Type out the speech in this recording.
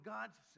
God's